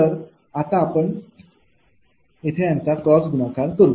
तर आता आपण क्रॉस गुणाकार वापरू